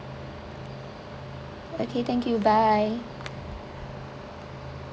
okay thank you bye